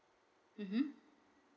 mmhmm